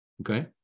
okay